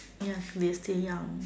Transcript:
yes mister Yang